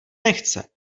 nechce